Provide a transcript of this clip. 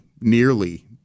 nearly